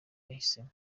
yahisemo